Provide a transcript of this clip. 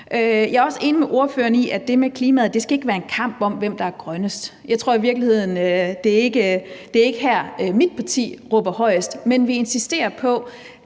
Jeg er også enig med ordføreren i, at det med klimaet ikke skal være en kamp om, hvem der er grønnest. Jeg tror i virkeligheden ikke, at det er her, mit parti råber højest, men vi insisterer på,